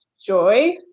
joy